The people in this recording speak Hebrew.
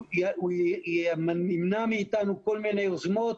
הוא ימנע מאיתנו כל מיני יוזמות,